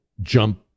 Jump